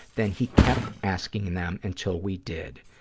then he kept asking them until we did.